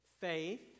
faith